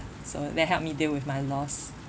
so that help me deal with my loss